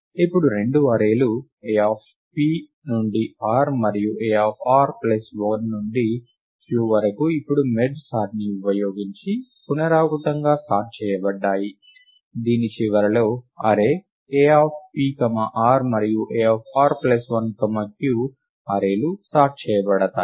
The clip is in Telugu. ఇప్పుడు రెండు అర్రే లు Ap నుండి r మరియు A r ప్లస్ 1 నుండి q వరకు ఇప్పుడు మెర్జ్ సార్ట్ని ఉపయోగించి పునరావృతంగా సార్ట్ చేయబడ్డాయి దీని చివరలో అర్రే Apr మరియు Ar1 q అర్రే లు సార్ట్ చేయబడతాయి